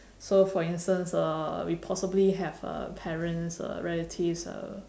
so for instance uh we possibly have uh parents uh relatives uh